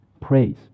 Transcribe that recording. praise